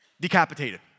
decapitated